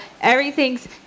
everything's